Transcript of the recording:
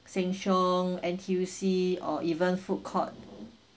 sheng siong N_T_U_C or even food court